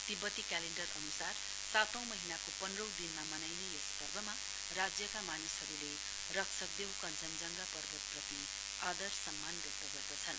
तिब्बती क्यालेण्डर अनुसार सातौं महीनाको पन्ध्रौ दिनमा मनाउने यस पर्वमा राज्यका मानिसहरूले रक्षकदेव कञ्जनजंगा पर्वतप्रति आदार सम्म्न व्यक्त गर्दछन्